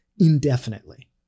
indefinitely